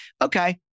Okay